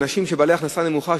אנשים בעלי הכנסה נמוכה,